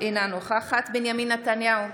אינה נוכחת בנימין נתניהו,